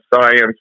science